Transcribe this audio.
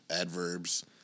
adverbs